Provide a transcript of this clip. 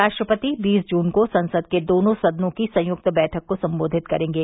राष्ट्रपति बीस जून को संसद के दोनों सदनों की संयुक्त बैठक को संबेधित करेंगे